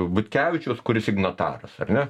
butkevičiaus kuris signataras ar ne